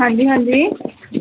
ਹਾਂਜੀ ਹਾਂਜੀ